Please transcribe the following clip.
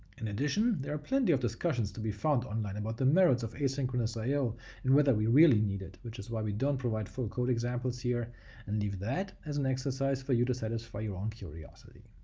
in addition, there are plenty of discussions to be found online about the merits of asynchronous i yeah o and whether we really need it, which is why we don't provide full code examples here and leave that as an exercise for you to satisfy your own curiosity.